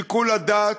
שיקול הדעת,